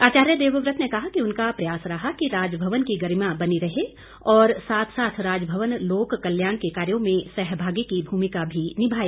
आचार्य देवव्रत ने कहा कि उनका प्रयास रहा कि राजभवन की गरिमा बनी रही और साथ साथ राजभवन लोक कल्याण के कार्यो में सहभागी की भूमिका भी निभाए